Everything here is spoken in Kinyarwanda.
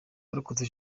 warokotse